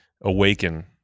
awaken